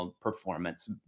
performance